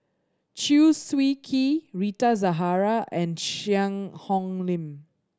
Chew Swee Kee Rita Zahara and Cheang Hong Lim